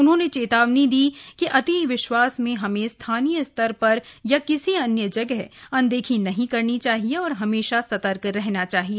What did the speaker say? उन्होंने चेतावनी दी कि अति विश्वास में हमें स्थानीय स्तर पर या किसी अन्य जगह अनदेखी नहीं करनी चाहिए और हमेशा सतर्क रहना चाहिए